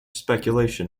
speculation